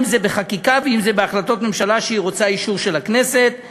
אם בחקיקה ואם בהחלטות הממשלה שהיא רוצה אישור של הכנסת להן.